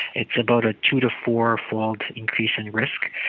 it's about a two to four fold increase in risk.